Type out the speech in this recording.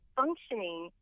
functioning